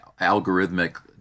algorithmic